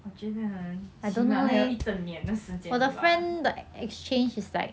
我觉得 ah 起码还有一整年的时间 bah